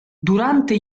durante